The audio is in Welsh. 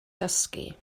dysgu